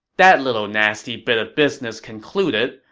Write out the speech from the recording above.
that little nasty bit of business concluded,